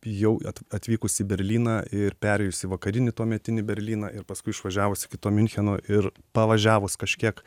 jau atvykus į berlyną ir perėjus į vakarinį tuometinį berlyną ir paskui išvažiavus iki to miuncheno ir pavažiavus kažkiek